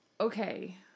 Okay